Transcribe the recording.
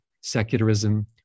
secularism